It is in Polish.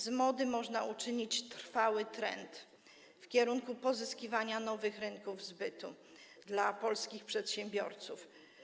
Z mody można uczynić trwały trend w kierunku pozyskiwania nowych rynków zbytu dla polskich przedsiębiorców.